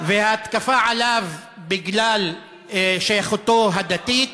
והתקפה עליו בגלל שייכותו הדתית